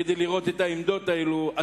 שבו נוכל לשמוע את העמדות הסותרות